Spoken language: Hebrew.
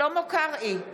שלמה קרעי,